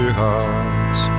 hearts